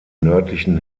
nördlichen